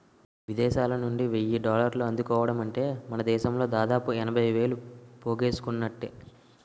విదేశాలనుండి వెయ్యి డాలర్లు అందుకోవడమంటే మనదేశంలో దాదాపు ఎనభై వేలు పోగేసుకున్నట్టే